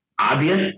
obvious